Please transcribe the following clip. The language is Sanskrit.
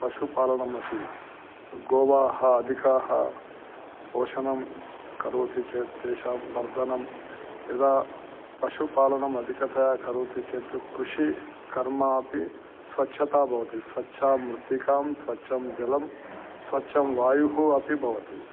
पशुपालनम् अपि गावः अधिकं पोषणं करोति चेत् तेषां वर्धनं यदा पशुपालनम् अधिकतया करोति चेत् कृषिकर्म अपि स्वच्छता भवति स्वच्छां मृत्तिकां स्वच्छं जलं स्वच्छः वायुः अपि भवति